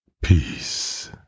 Peace